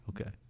Okay